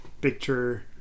picture